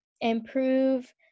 improve